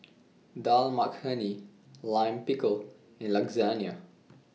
Dal Makhani Lime Pickle and Lasagne